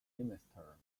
minister